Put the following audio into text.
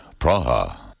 Praha